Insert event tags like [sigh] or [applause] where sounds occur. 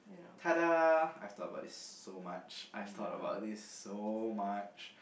[noise] I've thought about this so much I've thought about this so much